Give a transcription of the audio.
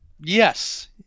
yes